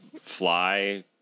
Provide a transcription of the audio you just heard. fly